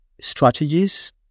strategies